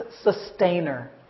sustainer